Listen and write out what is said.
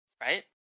right